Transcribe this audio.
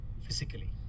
physically